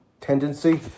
tendency